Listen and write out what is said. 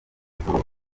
izuba